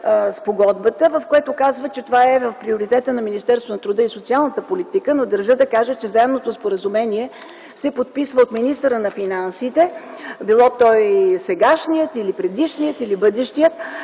спогодбата, при което казва, че това е в прерогативите на Министерството на труда и социалната политика. Но държа да кажа, че Заемното споразумение, се подписва от министъра на финансите – било той сегашният, предишният или бъдещият,